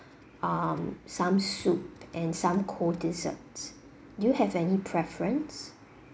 um some soup and some cold desserts do you have any preference